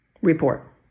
report